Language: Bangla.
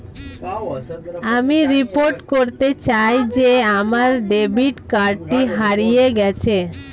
আমি রিপোর্ট করতে চাই যে আমার ডেবিট কার্ডটি হারিয়ে গেছে